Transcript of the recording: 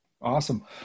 Awesome